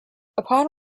upon